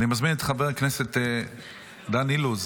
אני מזמין את חבר הכנסת דן אילוז,